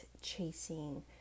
chasing